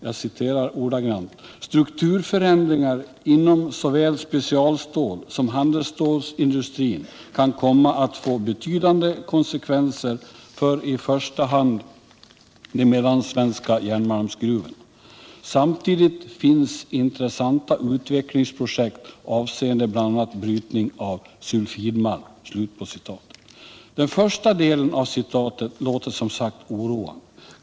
Jag citerar ordagrant: ”Strukturförändringar inom såväl specialstålsom handelsstålindustrin kan komma att få betydande konsekvenser för i första hand de mellansvenska järnmalmsgruvorna. Samtidigt finns intressanta utvecklingsprojekt avseende bl.a. brytning av sulfidmalm.” Den första delen av citatet låter som sagt oroande.